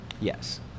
Yes